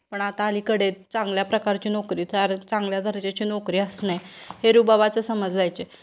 पण आता अलीकडे चांगल्या प्रकारची नोकरी तर चांगल्या दर्जाची नोकरी असणे हे रूबाबाचं समजलं जायचे